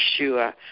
Yeshua